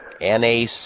NAC